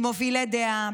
עם מובילי דעה,